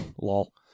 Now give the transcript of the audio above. Lol